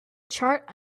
chart